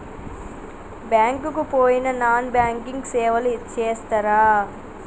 Bank కి పోయిన non banking సేవలు చేస్తరా?